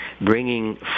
bringing